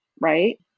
right